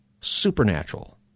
supernatural